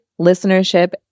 listenership